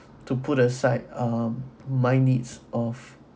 to put aside um my needs of